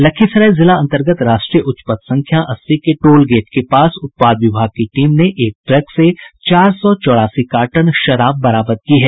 लखीसराय जिला अंतर्गत राष्ट्रीय उच्च पथ संख्या अस्सी के टोल गेट के पास उत्पाद विभाग की टीम ने एक ट्रक से चार सौ चौरासी कार्टन शराब बरामद की है